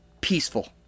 peaceful